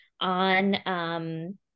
on